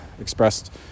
expressed